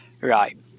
Right